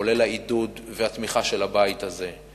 כולל העידוד והתמיכה של הבית הזה,